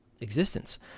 existence